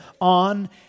on